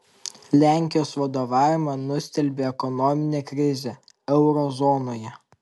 lenkijos vadovavimą nustelbė ekonominė krizė euro zonoje